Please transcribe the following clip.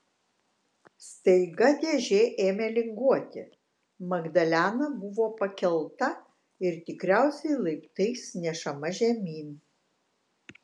staiga dėžė ėmė linguoti magdalena buvo pakelta ir tikriausiai laiptais nešama žemyn